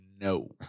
no